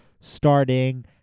starting